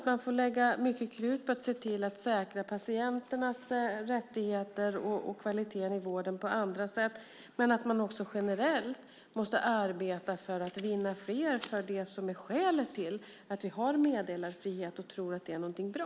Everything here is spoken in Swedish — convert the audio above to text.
Man får lägga mycket krut på att se till att säkra patienternas rättigheter och kvaliteten i vården på andra sätt. Men man måste också generellt arbeta för att vinna fler för det som är skälet till att vi har meddelarfrihet och tror att det är något bra.